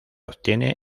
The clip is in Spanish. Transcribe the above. obtiene